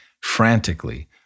frantically